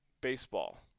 baseball